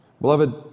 Beloved